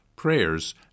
prayers